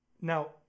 now